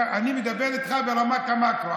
אני מדבר איתך ברמת המקרו.